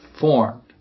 formed